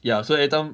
ya so everytime